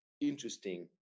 interesting